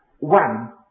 One